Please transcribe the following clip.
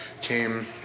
came